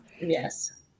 Yes